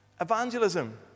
Evangelism